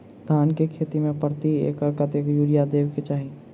धान केँ खेती मे प्रति एकड़ कतेक यूरिया देब केँ चाहि?